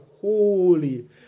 holy